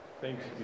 Thanks